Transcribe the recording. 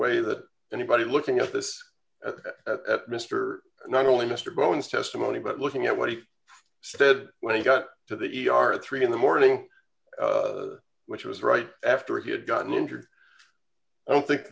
way that anybody looking at this at mr not only mr bones testimony but looking at what he said when he got to the e r at three in the morning which was right after he had gotten injured i don't think